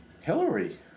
Hillary